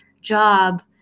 job